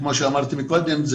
כמו שאמרתי קודם,